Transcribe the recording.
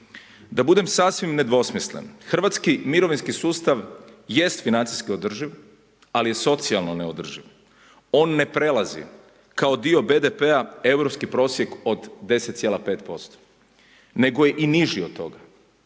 Da budem sasvim nedvosmislen. Hrvatski mirovinski sustav jest financijski održiv, ali je socijalno neodrživ. On ne prelazi kao dio BDP-a europski prosjek od 10,5%, nego je i niži od toga,